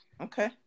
Okay